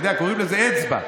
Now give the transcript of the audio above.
קוראים לזה אצבע.